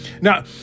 Now